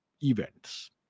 events